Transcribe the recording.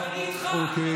לא ישקרו פה.